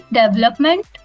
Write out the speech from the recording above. development